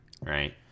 right